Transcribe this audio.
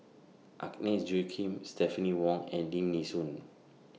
Agnes Joaquim Stephanie Wong and Lim Nee Soon